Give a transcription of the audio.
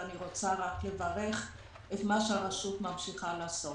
ואני רוצה לברך את מה שהרשות ממשיכה לעשות,